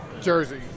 Jersey